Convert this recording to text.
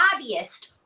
lobbyist